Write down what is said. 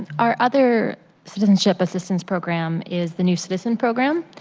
our other citizenship assistance program is the new citizenship program.